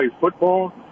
football